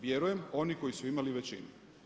Vjerujem oni koji su imali većinu.